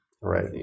Right